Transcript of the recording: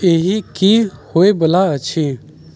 एहि की होइ वला आछि